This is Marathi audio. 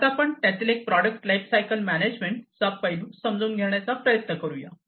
आता आपण त्यातील प्रॉडक्ट लाइफसायकल मॅनॅजमेण्ट चा पैलू समजून घेण्याचा प्रयत्न करूया